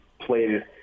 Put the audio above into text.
played